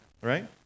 right